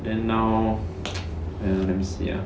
then now ya let me see ah